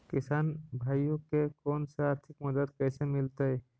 किसान भाइयोके कोन से आर्थिक मदत कैसे मीलतय?